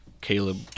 Caleb